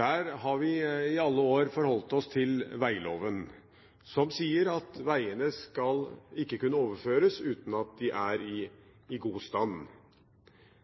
Der har vi i alle år forholdt oss til vegloven, som sier at vegene ikke skal kunne overføres uten at de er i god stand.